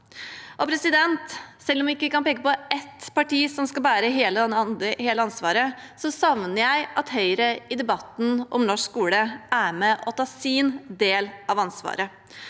ta. Selv om vi ikke kan peke på ett parti som skal bære hele ansvaret, savner jeg at Høyre i debatten om norsk skole er med og tar sin del av ansvaret.